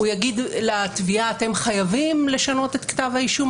הוא יגיד לתביעה, אתם חייבים לשנות את כתב האישום?